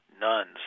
nuns